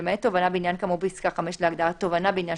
למעט תובענה בעניין כאמור בפסקה (5) להגדרה "תובענה בעניין